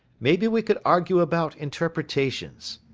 maybe we could argue about interpretations.